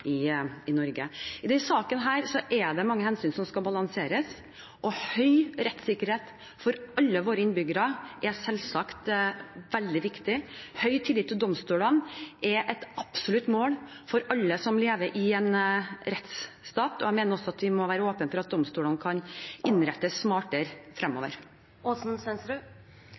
i Norge. I denne saken er det mange hensyn som skal balanseres, og høy rettssikkerhet for alle våre innbyggere er selvsagt veldig viktig. Høy tillit til domstolene er et absolutt mål for alle som lever i en rettsstat. Jeg mener også at vi må være åpne for at domstolene kan innrettes smartere